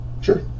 Sure